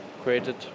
created